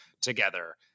together